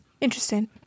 interesting